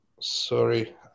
Sorry